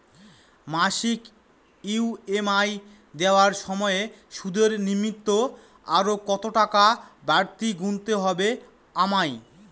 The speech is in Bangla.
মাসিক ই.এম.আই দেওয়ার সময়ে সুদের নিমিত্ত আরো কতটাকা বাড়তি গুণতে হবে আমায়?